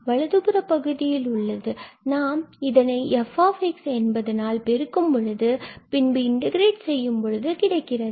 வலதுபுற பகுதியில் உள்ளது நாம் இதனை f என்பதனால் பெருக்கும் பொழுது பின்பு இன்டெகிரெட் செய்யும் பொழுது கிடைக்கிறது